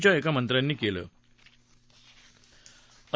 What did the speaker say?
च्या एका मंत्र्यांनी केलं होतं